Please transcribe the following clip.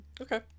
okay